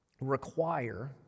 require